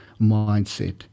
mindset